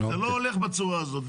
זה לא הולך בצורה הזאת.